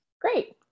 Great